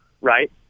right